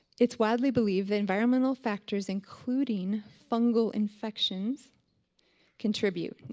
it's widely believed that environmental factors including fungal infections contribute.